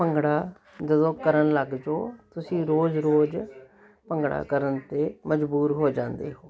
ਭੰਗੜਾ ਜਦੋਂ ਕਰਨ ਲੱਗ ਜਾਓ ਤੁਸੀਂ ਰੋਜ਼ ਰੋਜ਼ ਭੰਗੜਾ ਕਰਨ 'ਤੇ ਮਜਬੂਰ ਹੋ ਜਾਂਦੇ ਹੋ